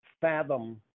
fathom